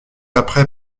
après